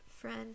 Friend